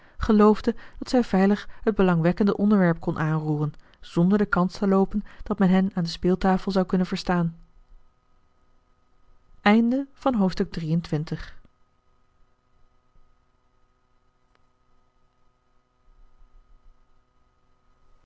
geloofde dat zij veilig het belangwekkende onderwerp kon aanroeren zonder de kans te loopen dat men hen aan de speeltafel zou kunnen verstaan